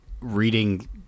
reading